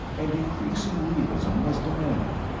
and increasing realism was demanded.